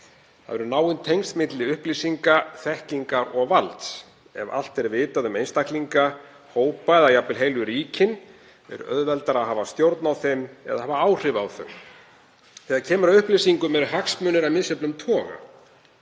Það eru náin tengsl milli upplýsinga, þekkingar og valds. Ef allt er vitað um einstaklinga, hópa eða jafnvel heilu ríkin er auðveldara að hafa stjórn á þeim eða hafa áhrif á þau. Þegar kemur að upplýsingum eru hagsmunir af misjöfnum toga.